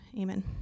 Amen